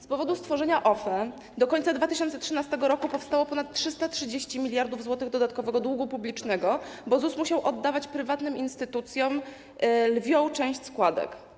Z powodu stworzenia OFE do końca 2013 r. powstało ponad 330 mld zł dodatkowego długu publicznego, bo ZUS musiał oddawać prywatnym instytucjom lwią część składek.